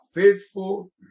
faithful